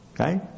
Okay